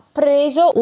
preso